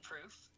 proof